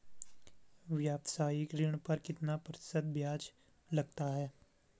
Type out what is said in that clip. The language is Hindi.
व्यावसायिक ऋण पर कितना प्रतिशत ब्याज लगता है?